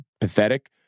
pathetic